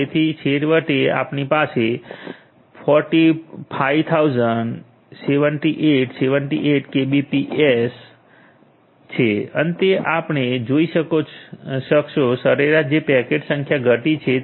તેથી છેવટે આપણી પાસે 457878 KBPS ચાર લાખ સત્તાવન હજાર આઠસો ઈઠ્યોતેર કેબીપીએસ છે અંતે આપણે જોઈ શકશો સરેરાશ જે પેકેટ્સ સંખ્યા ઘટી છે તે 1